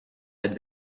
had